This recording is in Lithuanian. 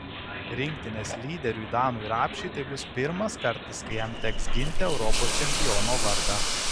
rinktinės lyderiui danui rapšiui tai bus pirmas kartas kai jam teks ginti europos čempiono vardą